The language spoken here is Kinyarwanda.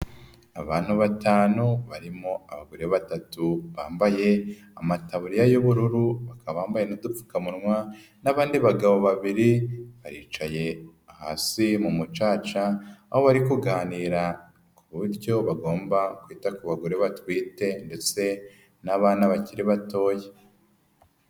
Abantu batanu barimo abagore batatu bambaye amataburiya y'ubururu, bakaba bambaye n'udupfukamunwa n'abandi bagabo babiri baricaye hasi, mu mucaca aho bari kuganira ku buryo bagomba kwita ku bagore batwite ndetse bakiri batoya.